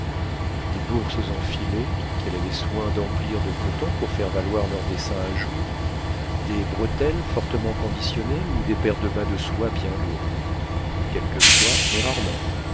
des bourses en filet qu'elle avait soin d'emplir de coton pour faire valoir leurs dessins à jour des bretelles fortement conditionnées ou des paires de bas de soie bien lourdes quelquefois mais rarement